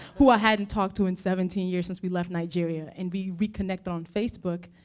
who i hadn't talked to in seventeen years since we left nigeria. and we reconnect on facebook.